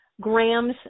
grams